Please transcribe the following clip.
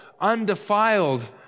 undefiled